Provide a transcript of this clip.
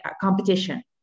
competition